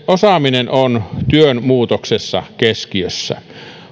osaaminen on työn muutoksessa keskiössä